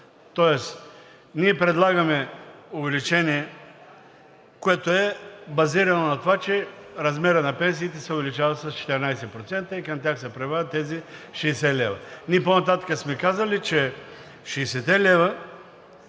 тоест ние предлагаме увеличение, което е базирано на това, че размерът на пенсиите се увеличава с 14% и към тях се прибавят тези 60 лв. Ние по-нататък сме казали, че 60-те лева